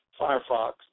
Firefox